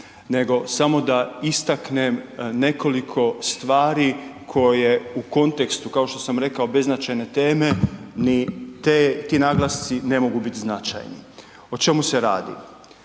nego samo da istaknem nekoliko stvari koje u kontekstu kao što sam rekao, beznačajne teme, ni ti naglasci ne mogu biti značajni. O čemu se radi?